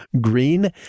green